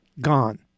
gone